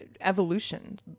evolution